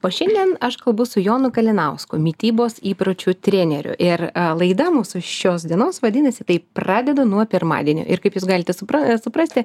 o šiandien aš kalbu su jonu kalinausku mitybos įpročių treneriu ir laida mūsų šios dienos vadinasi taip pradedu nuo pirmadienio ir kaip jūs galite supras suprasti